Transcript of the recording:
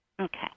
Okay